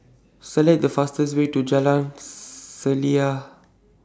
Select The fastest Way to Jalan Selaseh